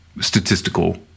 statistical